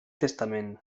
testament